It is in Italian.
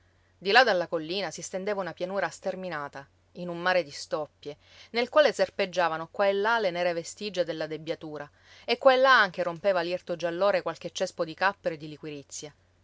di là dalla collina si stendeva una pianura sterminata in un mare di stoppie nel quale serpeggiavano qua e là le nere vestigia della debbiatura e qua e là anche rompeva l'irto giallore qualche cespo di cappero o di liquirizia